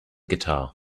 guitar